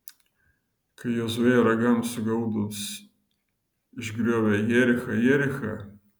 kai jozuė ragams sugaudus išgriovė jerichą jerichą